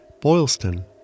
Boylston